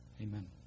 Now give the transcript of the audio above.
Amen